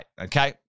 okay